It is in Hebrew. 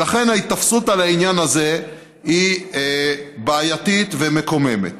ולכן ההיתפסות לעניין הזה היא בעייתית ומקוממת.